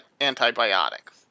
antibiotics